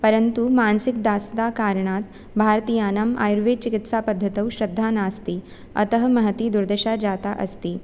परन्तु मानसिकदासता कारणात् भारतीयानाम् आयुर्वेदचिकित्सापद्धतौ श्रद्धा नास्ति अतः महती दुर्दशा जाता अस्ति